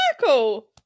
circle